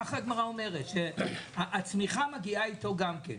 כך הגמרא אומרת, שהצמיחה מגיעה אתו גם כן.